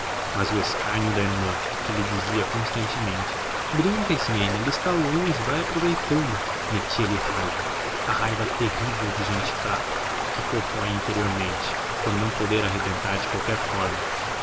mas o escárnio da irmã que lhe dizia constantemente brinca ismênia ele está longe vai aproveitando metialhe raiva a raiva terrível de gente fraca que corrói interiormente por não poder arrebentar de qualquer forma